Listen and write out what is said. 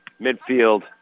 midfield